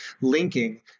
linking